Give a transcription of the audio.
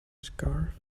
scarf